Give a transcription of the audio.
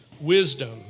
wisdom